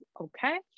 okay